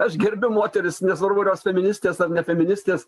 aš gerbiu moteris nesvarbu ar jos feministės ar ne feministės